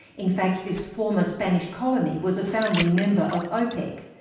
in fact this former spanish colony was a founding member of opec.